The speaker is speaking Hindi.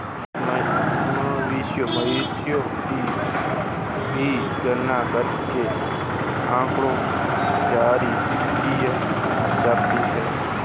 मवेशियों की भी गणना करके आँकड़ा जारी की जाती है